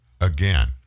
again